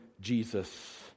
Jesus